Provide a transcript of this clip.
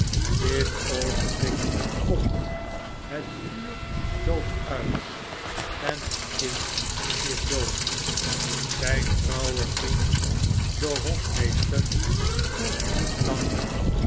dit oogenblik komt het vuur dooft uit en het kincfis dood zyn trouwe vriend de hofmeester toeftniet lang